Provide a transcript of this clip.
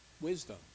wisdom